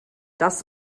das